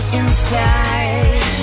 inside